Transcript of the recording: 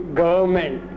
government